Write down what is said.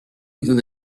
through